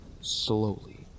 slowly